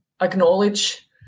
acknowledge